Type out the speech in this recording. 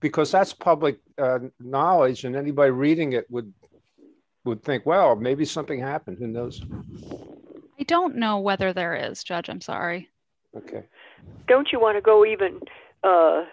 because that's public knowledge and anybody reading it would would think well maybe something happened in those i don't know whether there is judge i'm sorry ok don't you want to go even